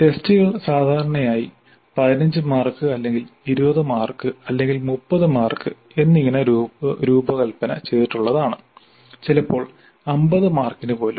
ടെസ്റ്റുകൾ സാധാരണയായി 15 മാർക്ക് അല്ലെങ്കിൽ 20 മാർക്ക് അല്ലെങ്കിൽ 30 മാർക്ക് എന്നിങ്ങനെ രൂപകൽപ്പന ചെയ്തിട്ടുള്ളതാണ് ചിലപ്പോൾ 50 മാർക്കിന് പോലും